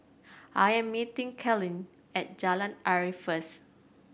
I am meeting Carolynn at Jalan Arif first